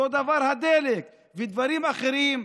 אותו דבר הדלק ודברים אחרים.